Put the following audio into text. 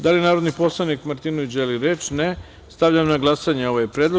Da li narodni poslanik Martinović želi reč? (Ne) Stavljam na glasanje ovaj predlog.